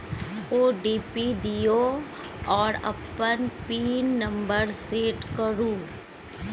OTP दियौ आ अपन पिन नंबर सेट करु